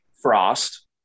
Frost